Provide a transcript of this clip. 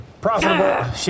profitable